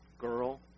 girl